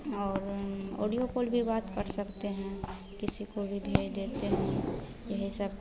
और audio call भी बात कर सकते हैं किसी को भी भेज देते हैं यही सब